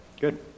good